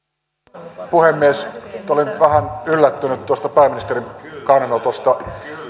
arvoisa puhemies nyt olin vähän yllättynyt tuosta pääministerin kannanotosta